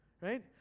right